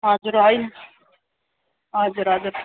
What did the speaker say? हजुर होइन हजुर हजुर